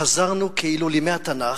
חזרנו כאילו לימי התנ"ך,